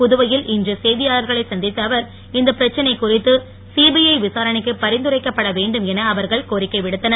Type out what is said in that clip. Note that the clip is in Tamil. புதுவையில் இன்று செய்தியாளர்களை சந்தித்த அவர் இந்த பிரச்னை குறித்து சிபிஐ விசாரணைக்கு பரிந்துரைக்கப்பட வேண்டும் என அவர்கள் கோரிக்கைவிடுத்தனர்